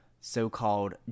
so-called